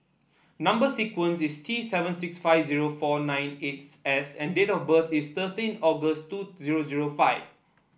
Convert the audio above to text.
number sequence is T seven six five zero four nine eight S and date of birth is thirteen August two zero zero five